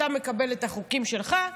אתה מקבל את החוקים שלך,